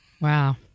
Wow